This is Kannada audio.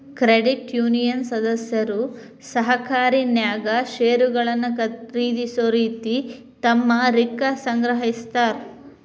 ಕ್ರೆಡಿಟ್ ಯೂನಿಯನ್ ಸದಸ್ಯರು ಸಹಕಾರಿನ್ಯಾಗ್ ಷೇರುಗಳನ್ನ ಖರೇದಿಸೊ ರೇತಿ ತಮ್ಮ ರಿಕ್ಕಾ ಸಂಗ್ರಹಿಸ್ತಾರ್